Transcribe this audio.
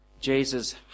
Jesus